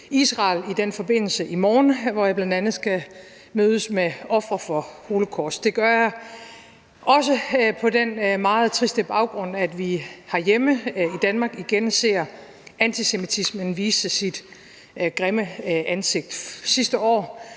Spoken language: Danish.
selv til Israel i morgen, hvor jeg bl.a. skal mødes med ofre for holocaust. Det gør jeg også på den meget triste baggrund, at vi herhjemme i Danmark igen ser antisemitismen vise sit grimme ansigt. Sidste år